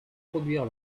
produire